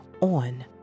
on